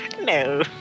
no